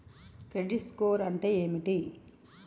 Credit score అంటే ఏమిటి?